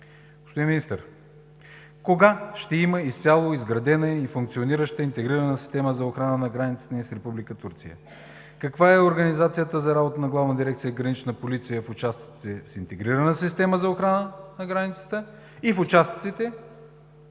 Господин Министър, кога ще има изцяло изградена и функционираща интегрирана система за охрана на границата с Република Турция? Каква е организацията за работа на ГДГП в участъците с интегрирана система за охрана на границата и в участъците